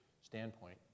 standpoint